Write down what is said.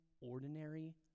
ordinary